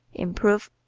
improve,